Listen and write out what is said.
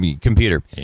computer